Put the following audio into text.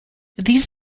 these